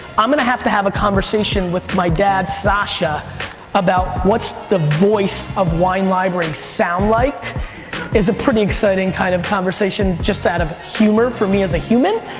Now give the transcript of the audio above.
i'm gonna have to have a conversation with my dad sasha about what's the of wine library sound like is a pretty exciting kind of conversation just out of humor for me as a human.